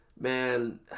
Man